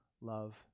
love